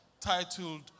titled